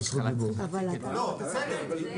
כל כך.